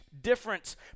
difference